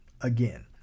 again